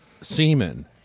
semen